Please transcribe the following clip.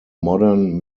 modern